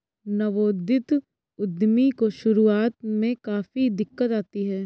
नवोदित उद्यमी को शुरुआत में काफी दिक्कत आती है